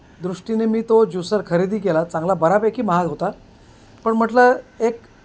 दृष्टीने मी तो ज्युसर खरेदी केला चांगला बऱ्यापैकी महाग होता पण म्हटलं एक